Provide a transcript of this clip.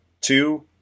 two